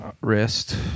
wrist